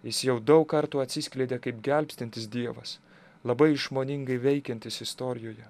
jis jau daug kartų atsiskleidė kaip gelbstintis dievas labai išmoningai veikiantis istorijoje